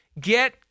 Get